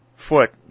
foot